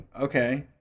Okay